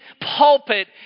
pulpit